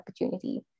opportunity